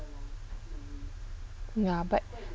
ya but